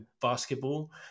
basketball